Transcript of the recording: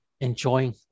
enjoying